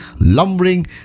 lumbering